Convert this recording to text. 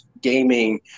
gaming